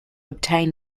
obtain